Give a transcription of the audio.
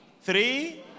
three